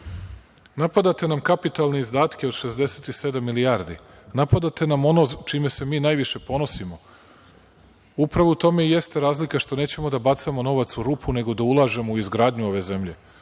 istina. Napadate nam kapitalne izdatke od 67 milijardi. Napadate nam ono čime se mi najviše ponosimo. Upravo u tome i jeste razlika, što nećemo da bacamo novac u rupu nego da ulažemo u izgradnju ove zemlje.